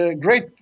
great